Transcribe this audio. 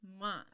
month